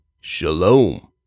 shalom